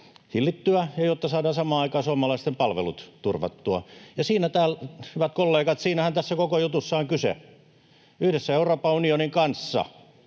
ja jotta saadaan samaan aikaan suomalaisten palvelut turvattua. Ja siitä, hyvät kollegat, tässä koko jutussa on kyse. Yhdessä Euroopan unionin kanssa